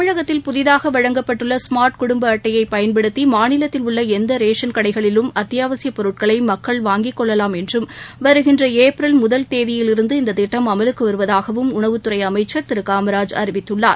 தமிழகத்தில் புதிதாக வழங்கப்பட்டுள்ள ஸ்மார்ட் குடும்ப அட்டையை பயன்படுத்தி மாநிலத்தில் உள்ள எந்த ரேஷன் கடைகளிலும் அத்தியாவசிய பொருட்களை மக்கள் வாங்கிக் கொள்ளலாம் என்றும் வருகின்ற ஏப்ரல் முதல் தேதியில் இருந்து இந்த திட்டம் அமலுக்கு வருவதாகவும் உணவுத்துறை அமைச்சர் திரு ஊமராஜ் அறிவித்துள்ளார்